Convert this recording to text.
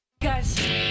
Guys